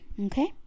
okay